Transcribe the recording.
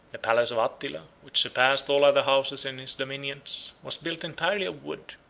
the palace of attila, which surpassed all other houses in his dominions, was built entirely of wood,